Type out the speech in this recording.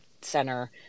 Center